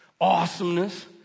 awesomeness